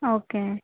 okay